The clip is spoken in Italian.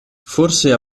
forse